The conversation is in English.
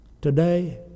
Today